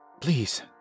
Please